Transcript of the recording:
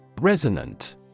Resonant